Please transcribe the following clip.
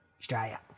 Australia